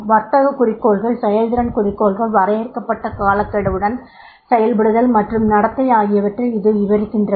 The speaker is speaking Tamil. வர்த்தகக் குறிக்கோள்கள் செயல்திறன் குறிக்கோள்கள் வரையறுக்கப்பட்ட காலக்கெடுவுடன் செயல்படுதல் மற்றும் நடத்தை ஆகியவற்றை அது விவரிக்கின்றது